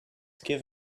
give